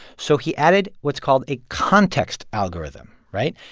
so he added what's called a context algorithm, right?